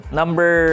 number